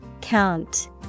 Count